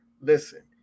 Listen